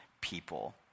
people